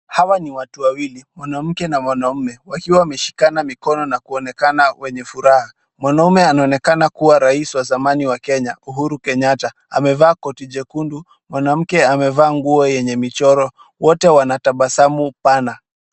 Hawa ni watu wawili; mwanamke na mwanaume. Wakiwa wameshikana mikono na kuonekana wenye furaha. Mwanaume anaonekana kuwa rais wa zamani wa Kenya Uhuru Kenyatta. Amevaa koti jekundu, mwanamke amevaa nguo yenye michoro. Wote wanatabasamu pana.